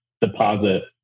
deposit